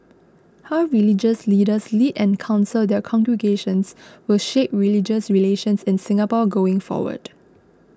how religious leaders lead and counsel their congregations will shape religious relations in Singapore going forward